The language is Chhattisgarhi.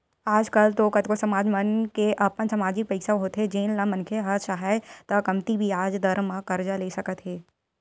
आज कल तो कतको समाज मन के अपन समाजिक पइसा होथे जेन ल मनखे ह चाहय त कमती बियाज दर म करजा ले सकत हे